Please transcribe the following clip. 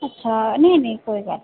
अच्छा नेईं नेईं कोई गल्ल